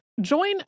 Join